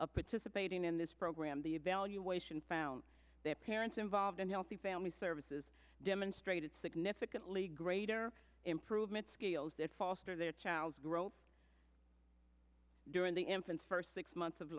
of participating in this program the evaluation found their parents involved in healthy family services demonstrated significantly greater improvement scales that foster their child's growth during the infants first six months of